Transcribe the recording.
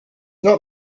not